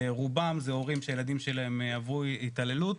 רובם זה הורים שהילדים שלהם עברו התעללות,